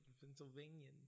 Pennsylvania